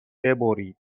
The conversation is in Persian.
ببرید